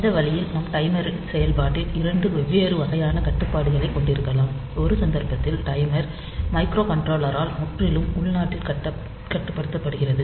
இந்த வழியில் நாம் டைமரின் செயல்பாட்டில் இரண்டு வெவ்வேறு வகையான கட்டுப்பாடுகளைக் கொண்டிருக்கலாம் ஒரு சந்தர்ப்பத்தில் டைமர் மைக்ரோகண்ட்ரோலரால் முற்றிலும் உள்நாட்டில் கட்டுப்படுத்தப்படுகிறது